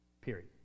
Period